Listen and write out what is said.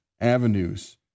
avenues